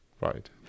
Right